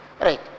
right